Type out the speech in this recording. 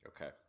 Okay